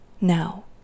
now